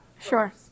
Sure